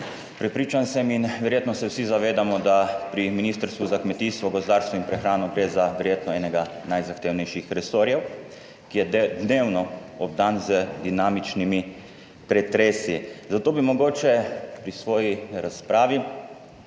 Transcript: Prepričan sem in verjetno se vsi zavedamo, da pri Ministrstvu za kmetijstvo, gozdarstvo in prehrano gre za verjetno enega najzahtevnejših resorjev, ki je dnevno obdan z dinamičnimi pretresi, zato bi mogoče pri svoji razpravi